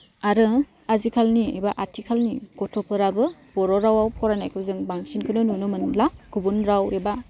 आरो आजिखालिनि एबा आथिखालनि गथ'फोराबो बर' रावाव फरानायखौ जों बांसिनखौनो नुनो मोनला गुबुन राव एबा